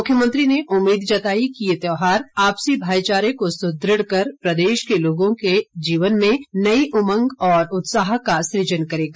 मुख्यमंत्री ने उम्मीद जताई कि ये त्योहार आपसी भाईचारे को सुदृढ़ कर प्रदेश के लोगों के जीवन में नई उमंग और उत्साह का सृजन करेगा